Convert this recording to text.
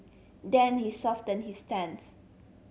then he softened his stance